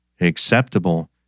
acceptable